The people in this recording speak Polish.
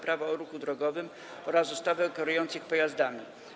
Prawo o ruchu drogowym oraz ustawy o kierujących pojazdami.